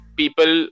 people